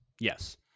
Yes